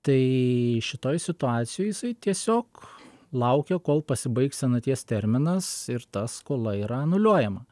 tai šitoj situacijoj jisai tiesiog laukia kol pasibaigs senaties terminas ir ta skola yra anuliuojama